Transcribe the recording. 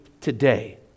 today